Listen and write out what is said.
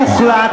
מיקי,